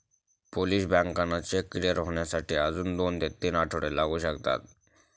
Polish बँकांना cheque clear होण्यासाठी अजून दोन ते तीन आठवडे लागू शकतात